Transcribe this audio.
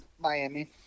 miami